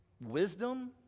wisdom